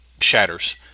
shatters